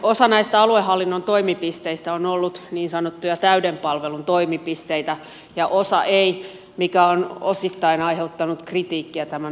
osa näistä aluehallinnon toimipisteistä on ollut niin sanottuja täyden palvelun toimipisteitä ja osa ei mikä on osittain aiheuttanut kritiikkiä tämän aluehallintouudistuksen suhteen